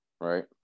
right